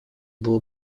было